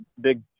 big